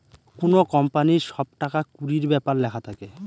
কোনো কোম্পানির সব টাকা কুড়ির ব্যাপার লেখা থাকে